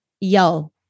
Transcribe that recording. yo